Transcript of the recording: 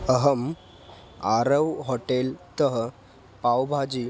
अहम् आरव् होटेल् तः पाव्बाजि